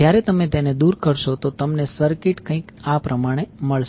જ્યારે તમે તેને દૂર કરશો તો તમને સર્કિટ કંઈક આ પ્રમાણે મળશે